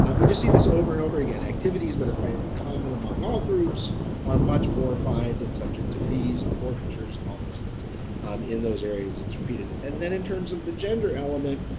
um we just see this over and over again activities that are quite common among all groups are much more defined and subject to fees and forfeitures and all those things in those areas it's repeated and then in terms of the gender element.